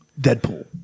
Deadpool